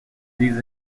these